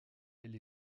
elle